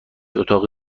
اتاق